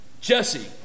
Jesse